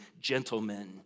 gentlemen